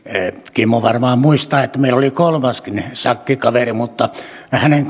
kimmo varmaan muistaa että meillä oli kolmaskin sakkikaveri mutta hänen